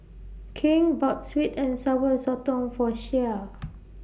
King bought Sweet and Sour Sotong For Shea